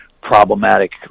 problematic